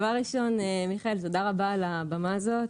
דבר ראשון, מיכאל, תודה רבה על הבמה הזאת.